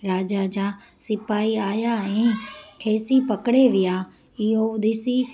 राजा जा सिपाई आहियां ऐं खेसि पकिड़े विया